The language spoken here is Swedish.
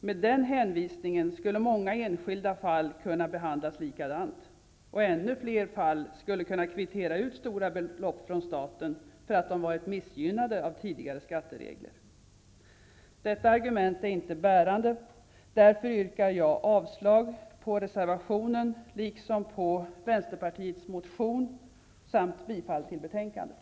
Med den hänvisningen skulle många enskilda fall kunna behandlas likadant. I ännu fler fall skulle man kunna kvittera ut stora belopp från staten för att man varit missgynnad av tidigare skattelagar. Detta argument är inte bärande. Jag yrkar därför avslag på reservationen och Vänsterpartiets motion samt bifall till betänkandet.